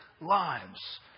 lives